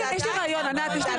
רעיון.